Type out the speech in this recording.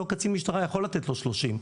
אותו קצין משטרה יכול לתת לו 30,